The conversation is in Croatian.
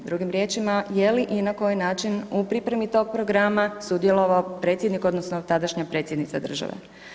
Drugim riječima, je li i na koji način u pripremi tog programa sudjelovao predsjednik odnosno tadašnja predsjednica države?